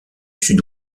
sud